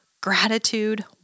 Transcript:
gratitude